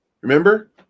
Remember